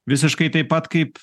visiškai taip pat kaip